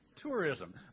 tourism